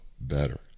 better